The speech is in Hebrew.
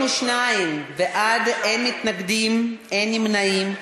22 בעד, אין מתנגדים, אין נמנעים.